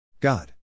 God